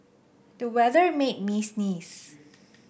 the weather made me sneeze